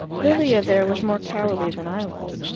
lilia there was more cowardly than i was.